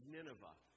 Nineveh